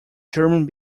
german